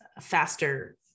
faster